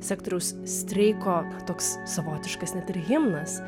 sektoriaus streiko toks savotiškas net ir himnas